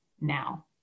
now